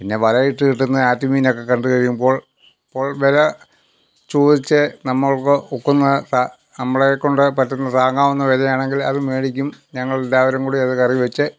പിന്നെ വലയിട്ടു കിട്ടുന്ന ആറ്റുമീനൊക്കെ കണ്ടു കഴിയുമ്പോൾ അപ്പോൾ വില ചോദിച്ച് നമ്മൾക്ക് ഒക്കുന്ന നമ്മളെ കൊണ്ട് പറ്റുന്ന താങ്ങാവുന്ന വിലയാണെങ്കിൽ അത് മേടിക്കും ഞങ്ങളെല്ലാവരും കൂടെ അത് കറിവെച്ച്